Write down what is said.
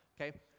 okay